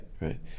right